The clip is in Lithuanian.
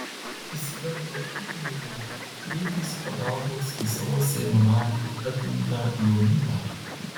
išsigandę ūkininkai kreipėsi pagalbos į savo seimo narį edmundą jonylą